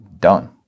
done